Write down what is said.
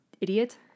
idiot